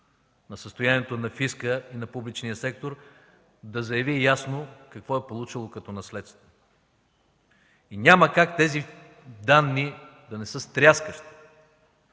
на състоянието на фиска и на публичния сектор, да заяви ясно какво е получило като наследство. Няма как тези данни да не са стряскащи,